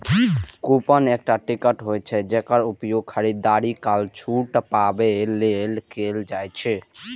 coupon एकटा ticket होइ छै, जेकर उपयोग खरीदारी काल छूट पाबै लेल कैल जाइ छै